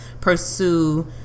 pursue